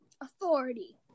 authority